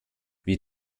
wie